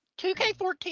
2K14